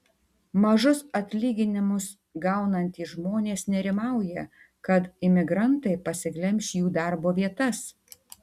mažus atlyginimus gaunantys žmonės nerimauja kad imigrantai pasiglemš jų darbo vietas